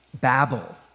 Babel